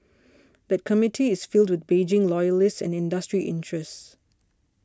that committee is filled with Beijing loyalists and industry interests